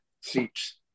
seats